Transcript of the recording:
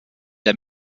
der